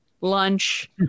lunch